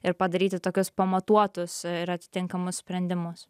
ir padaryti tokius pamatuotus ir atitinkamus sprendimus